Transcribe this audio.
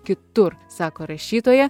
kitur sako rašytoja